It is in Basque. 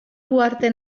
uharte